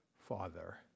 Father